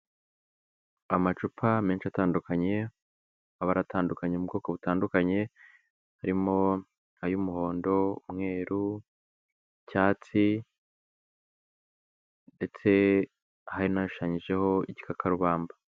Amacupa menshi atandukanye, amabara aratandukanye mu bwoko butandukanye, harimo a y'umuhondo, umweru, cyatsi ndetse hari n'ashushanyijeho igikarubamba.